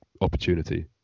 opportunity